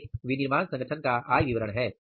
यह एक विनिर्माण संगठन का आय विवरण है